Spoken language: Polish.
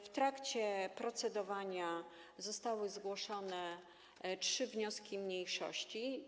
W trakcie procedowania zostały zgłoszone trzy wnioski mniejszości.